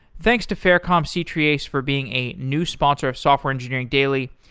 thanks to faircom c-treeace for being a new sponsor of software engineering daily,